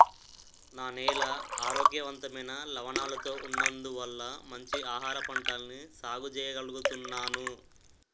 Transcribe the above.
నా నేల ఆరోగ్యవంతమైన లవణాలతో ఉన్నందువల్ల మంచి ఆహారపంటల్ని సాగు చెయ్యగలుగుతున్నాను